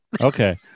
Okay